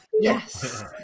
Yes